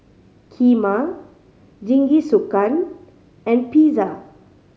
Kheema Jingisukan and Pizza